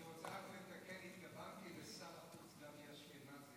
אני רק רוצה לתקן, התכוונתי לשר החוץ גבי אשכנזי.